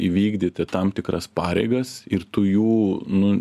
įvykdyti tam tikras pareigas ir tu jų nu